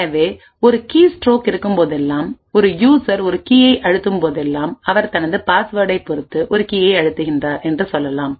எனவே ஒரு கீஸ்ட்ரோக் இருக்கும்போதெல்லாம் ஒரு யூசர் ஒரு கீயை அழுத்தும் போதெல்லாம் அவர் தனது பாஸ்வேர்டை பொறுத்து ஒரு கீயை அழுத்துகிறார் என்று சொல்லலாம்